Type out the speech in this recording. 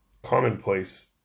commonplace